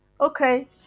Okay